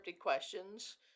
questions